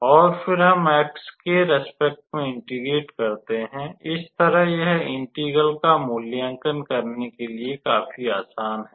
और फिर हम एक्स के प्रति इंटेग्रेट करते हैं इस तरह यह इंटिग्र्ल का मूल्यांकन करने के लिए काफी आसान है